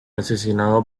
asesinado